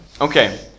Okay